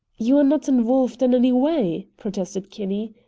you are not involved in any way, protested kinney.